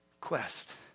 quest